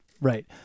Right